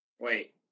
Wait